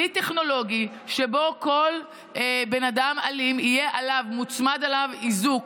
כלי טכנולוגי שבו לכל אדם אלים יוצמד איזוק,